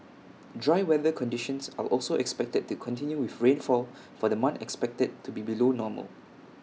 dry weather conditions are also expected to continue with rainfall for the month expected to be below normal